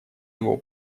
его